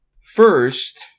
First